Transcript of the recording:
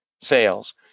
sales